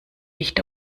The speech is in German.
nicht